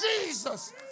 Jesus